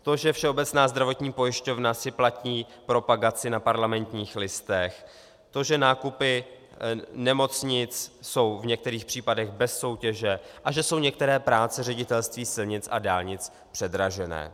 To, že Všeobecná zdravotní pojišťovna si platí propagaci na Parlamentních listech, to, že nákupy nemocnic jsou v některých případech bez soutěže a že jsou některé práce Ředitelství silnic a dálnic předražené.